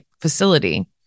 facility